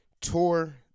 tour